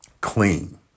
clean